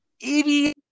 idiot